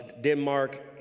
Denmark